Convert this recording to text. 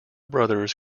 brothers